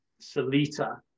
Salita